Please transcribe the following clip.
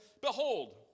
Behold